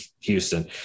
Houston